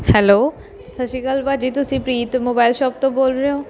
hello ਸਤਿ ਸ਼੍ਰੀ ਅਕਾਲ ਭਾਜੀ ਤੁਸੀਂ ਪ੍ਰੀਤ ਮੋਬਾਇਲ ਸ਼ੋਪ ਤੋਂ ਬੋਲ ਰਹੇ ਹੋ